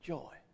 Joy